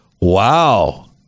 Wow